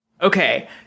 Okay